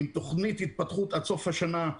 עם תכנית התפתחות עד סוף השנה,